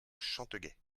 chanteguet